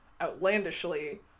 outlandishly